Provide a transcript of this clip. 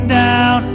down